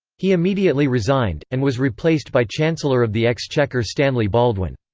he immediately resigned, and was replaced by chancellor of the exchequer stanley baldwin.